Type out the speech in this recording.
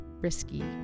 risky